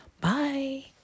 Bye